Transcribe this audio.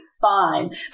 fine